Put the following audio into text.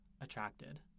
attracted